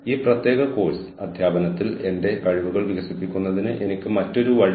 അതിനാൽ നിങ്ങളുടെ എതിരാളികളെക്കാൾ ഒരു നേട്ടം നേടുന്നതിന് നിങ്ങൾ പറയുന്നു ശരി